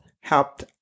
helped